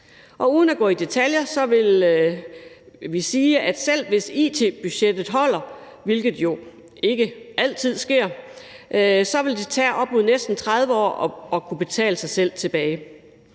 Og uden at gå i detaljer vil vi sige, at selv hvis it-budgettet holder, hvilket jo ikke altid sker, vil det tage op mod næsten 30 år, før det har tjent sig selv hjem.